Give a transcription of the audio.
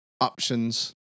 options